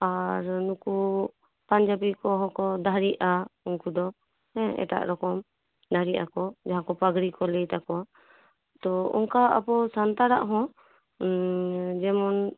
ᱟᱨ ᱱᱩᱠᱩ ᱯᱟᱧᱡᱟᱵᱤ ᱠᱚᱦᱚᱸᱠᱚ ᱫᱟᱹᱦᱲᱤᱜᱼᱟ ᱱᱩᱠᱩ ᱫᱚ ᱦᱮᱸ ᱮᱴᱟᱜ ᱨᱚᱠᱚᱢ ᱫᱟᱹᱲᱦᱤᱜ ᱟᱠᱚ ᱡᱟᱦᱟᱸᱫᱚ ᱯᱟᱜᱽᱲᱤ ᱠᱚ ᱞᱟᱹᱭ ᱛᱟᱠᱚᱣᱟ ᱛᱚ ᱚᱱᱠᱟ ᱟᱵᱚ ᱥᱟᱱᱛᱟᱲᱟᱜ ᱦᱚᱸ ᱡᱮᱢᱚᱱ